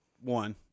one